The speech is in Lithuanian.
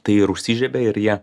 tai ir užsižiebia ir jie